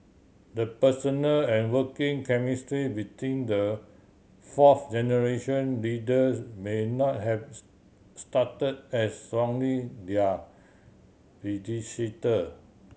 the personal and working chemistry between the fourth generation leaders may not have start as strongly their predecessor